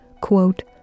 quote